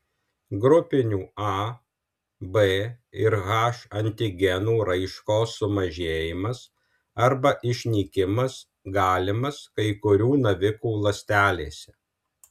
grupinių a b ir h antigenų raiškos sumažėjimas arba išnykimas galimas kai kurių navikų ląstelėse